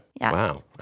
Wow